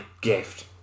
gift